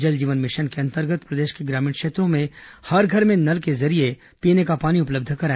जल जीवन मिशन के अंतर्गत प्रदेश के ग्रामीण क्षेत्रों में हर घर में नल के जरिये पीने का पानी उपलब्ध कराया जाएगा